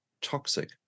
toxic